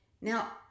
Now